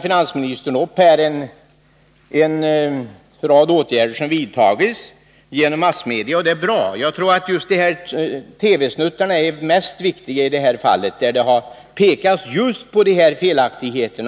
Finansministern räknar upp en rad åtgärder som har vidtagits genom massmedia, och de är bra. Jag tror att just de här TV-snuttarna är mest riktiga i det här fallet. Där har det på ett åskådligt sätt pekats på just dessa felaktigheter.